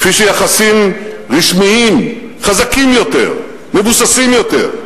כפי שיחסים רשמיים חזקים יותר, מבוססים יותר,